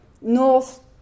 North